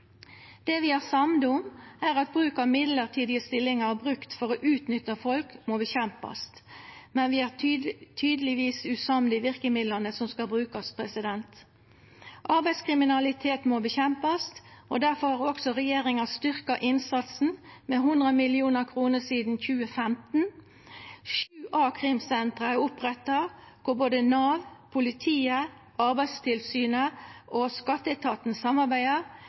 det. Det vi er samde om, er at bruk av mellombelse stillingar for å utnytta folk må kjempast mot, men vi er tydelegvis usamde i verkemidla som skal brukast. Arbeidslivskriminalitet må kjempast mot, og difor har også regjeringa styrkt innsatsen med 100 mill. kr sidan 2015. A-krimsenter er oppretta, der både Nav, politiet, Arbeidstilsynet og skatteetaten samarbeider,